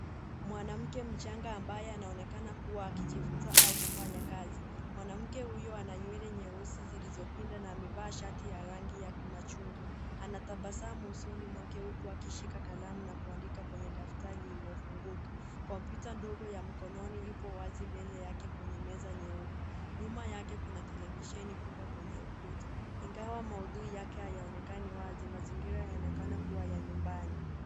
Mwanamke mchanga ambaye anaonekana kuwa akijifunza au kufanya kazi. Mwanamke huyu ana nywele nyeusi zilizopinda na amevaa shati ya rangi ya kimachungwa. Ana tabasamu usoni mwake huku akishika kalamu na kuandika kwenye daftari lililofunguka. Kompyuta ndogo ya mkononi ipo wazi mbele yake kwenye meza nyeupe. Nyuma yake kuna televisheni kubwa kwenye ukuta. Ingawa maudhui yake hayaonekani wazi, mazingira yanaonekana kuwa ya nyumbani.